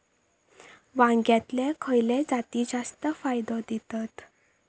वांग्यातले खयले जाती जास्त फायदो देतत?